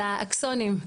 על האקסונים.